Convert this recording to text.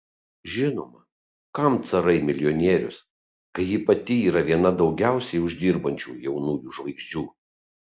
žinoma kam carai milijonierius kai ji pati yra viena daugiausiai uždirbančių jaunųjų žvaigždžių